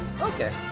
Okay